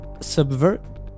subvert